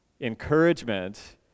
Encouragement